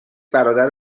برادر